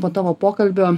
po tavo pokalbio